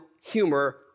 humor